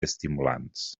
estimulants